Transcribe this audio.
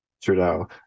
trudeau